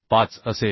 5 असेल